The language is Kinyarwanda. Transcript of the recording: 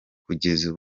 kugeza